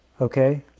Okay